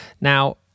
Now